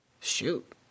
Shoot